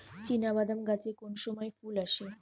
চিনাবাদাম গাছে কোন সময়ে ফুল আসে?